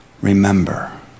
Remember